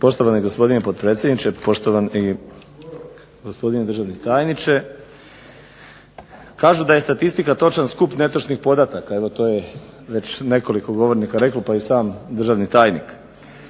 Poštovani gospodine potpredsjedniče, poštovani gospodine državni tajniče. Kažu da je statistika točan skup netočnih podataka. Evo, to je već nekoliko govornika reklo pa i sam državni tajnik.